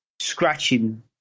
scratching